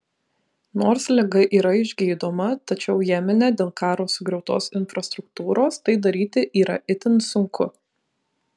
nors liga yra išgydoma tačiau jemene dėl karo sugriautos infrastruktūros tai daryti yra itin sunku